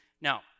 Now